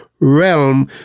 realm